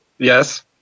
Yes